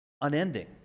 unending